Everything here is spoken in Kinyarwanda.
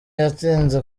yatinze